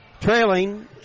trailing